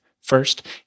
First